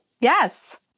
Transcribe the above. Yes